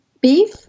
beef